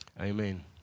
Amen